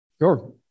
Sure